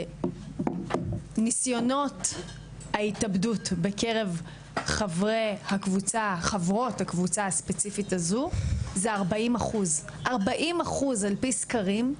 ניסיונות ההתאבדות בקרב חברות הקבוצה הספציפית הזו הם 40%. על פי סקרים,